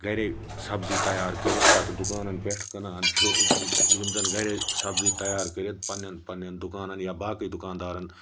گَرے سَبزی تیار کٔرِتھ پتہٕ دُکانن پٮ۪ٹھ کٕنان چھِ یِم زَن گَرے سبزی تیار کٔرِتھ پَننٮ۪ن پننٮ۪ن دُکانن یا باقٕے دُکاندارن